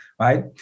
right